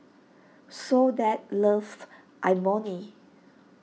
Soledad loves Imoni